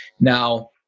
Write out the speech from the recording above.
Now